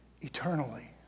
eternally